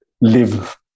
live